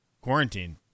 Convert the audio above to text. quarantine